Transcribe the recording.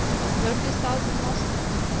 of thirty thousand moslems,